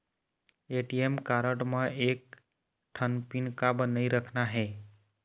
ATM card म एक ठन पिन काबर नई रखना हे?